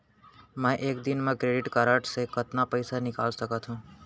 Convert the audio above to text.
मैं एक दिन म क्रेडिट कारड से कतना पइसा निकाल सकत हो?